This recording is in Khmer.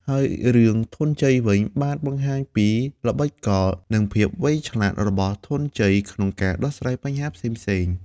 ហើយរឿង ធនញ្ជ័យវិញ បានបង្ហាញពីល្បិចកល និងភាពវៃឆ្លាតរបស់លោកធនញ្ជ័យក្នុងការដោះស្រាយបញ្ហាផ្សេងៗ។